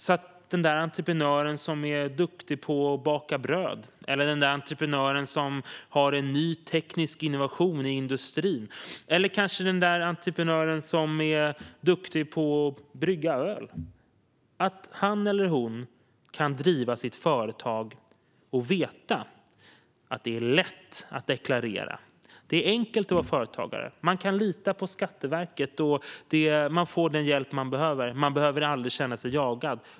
Då kan den entreprenör som är duktig på att baka bröd eller den som har en ny teknisk innovation inom industrin eller den som är duktig på att brygga öl driva sitt företag och veta att det är lätt att deklarera, veta att det är enkelt att vara företagare och att man kan lita på Skatteverket. Man får den hjälp man behöver och behöver aldrig känna sig jagad.